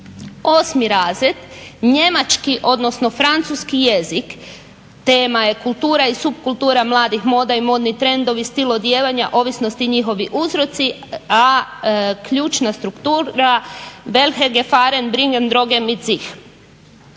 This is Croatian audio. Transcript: Osmi razred njemački, odnosno francuski jezik, tema je kultura i supkultura mladih, moda i modni trendovi, stil odijevanja, ovisnost i njihovi uzroci, a ključna struktura …/Govornica govori